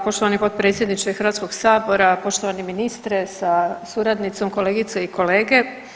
Poštovani potpredsjedniče Hrvatskog sabora, poštovani ministre sa suradnicom, kolegice i kolege.